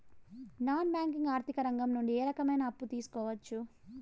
Non banking ఆర్థిక రంగం నుండి ఏ రకమైన అప్పు తీసుకోవచ్చు?